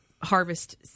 harvest